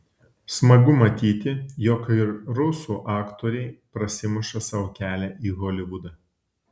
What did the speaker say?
smagu matyti jog ir rusų aktoriai prasimuša sau kelią į holivudą